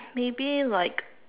maybe like